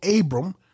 Abram